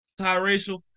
multiracial